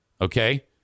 Okay